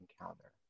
encounter